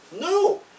No